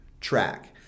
track